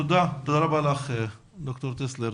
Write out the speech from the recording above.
תודה, תודה רבה לך ד"ר טסלר.